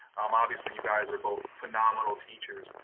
um obviously, you guys are both phenomenal teachers,